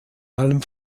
allem